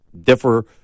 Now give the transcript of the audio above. differ